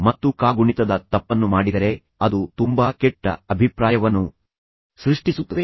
ಮತ್ತು ನಂತರ ನೀವು ಕಾಗುಣಿತದ ತಪ್ಪನ್ನು ಮಾಡಿದರೆ ಅದು ತುಂಬಾ ಕೆಟ್ಟ ಅಭಿಪ್ರಾಯವನ್ನು ಸೃಷ್ಟಿಸುತ್ತದೆ